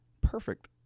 perfect